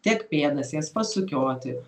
tiek pėdas jas pasukioti